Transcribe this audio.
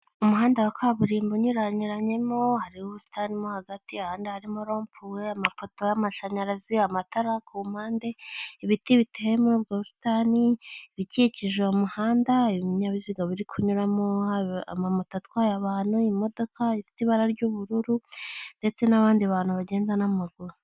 Umuhanda wa kaburimbo unyuyuranyemo hariho ubusitani mo hagati ahandi harimo rompuwe, amapoto y'amashanyarazi, amatara ku mpande, ibiti biteye muri ubwo busitani, ibikikije uwo muhanda, ibinyabiziga biri kunyuramo haba amamoto atwaye abantu, imodoka ifite ibara ry'ubururu ndetse n'abandi bantu bagenda n'amaguru.